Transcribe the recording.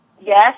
yes